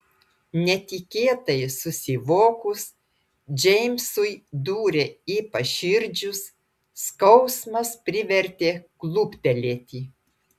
netikėtai susivokus džeimsui dūrė į paširdžius skausmas privertė kluptelėti